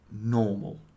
Normal